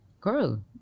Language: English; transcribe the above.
girl